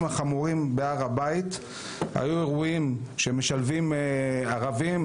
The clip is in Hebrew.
החמורים בהר הבית היו אירועים שמשלבים ערבים,